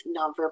nonverbal